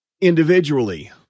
individually